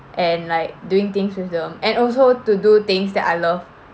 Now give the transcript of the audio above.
and also to do things that I love